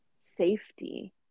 safety